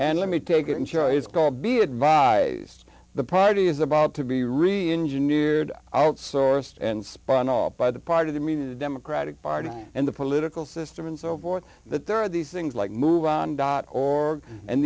and let me take it and sure it's going to be advised the party is about to be really engine neared outsourced and spun off by the part of the media the democratic party and the political system and so forth that there are these things like move on dot org and